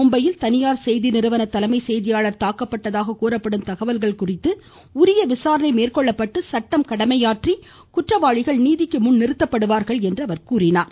மும்பையில் தனியார் செய்தி நிறுவன தலைமை செய்தியாளர் தாக்கப்பட்டதாக கூறப்படும் தகவல்கள் குறித்து உரிய விசாரணை மேற்கொள்ளப்பட்டு சட்டம் தன் கடமையையாற்றி குற்றவாளிகள் நீதிக்கு முன் கொண்டுவரப்படுவார்கள் என்றார்